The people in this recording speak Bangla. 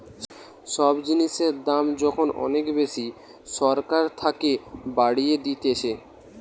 সব জিনিসের দাম যখন অনেক বেশি সরকার থাকে বাড়িয়ে দিতেছে